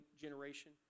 generation